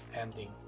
ending